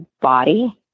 body